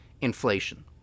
inflation